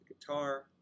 guitar